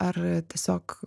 ar tiesiog